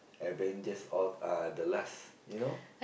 avengers all uh the last you know